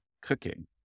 cooking